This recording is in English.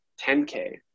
10K